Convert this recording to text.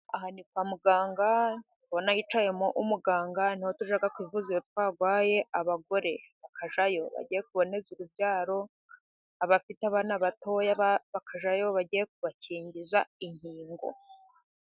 Aha ni kwa muganga ndabona hicayemo umuganga, ni yo tujya kwivuza iyo twarwaye abagore bajyayo bagiye kuboneza urubyaro ,abafite abana bato bakajyayo bagiye kubakingiza inkingo.